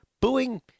Booing